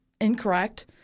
incorrect